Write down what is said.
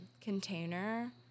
container